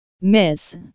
Miss